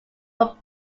but